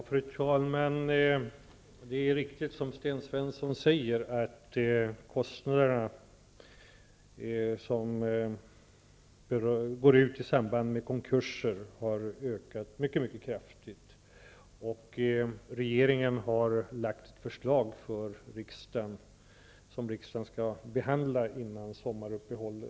Fru talman! Det är riktigt som Sten Svensson säger att kostnaderna i samband med konkurser har ökat mycket kraftigt. Regeringen har lagt fram ett förslag till riksdagen som riksdagen skall behandla före sommaruppehållet.